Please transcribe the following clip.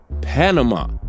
Panama